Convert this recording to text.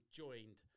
joined